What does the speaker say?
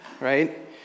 right